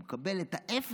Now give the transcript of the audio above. הוא מקבל את ההפך,